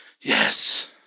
Yes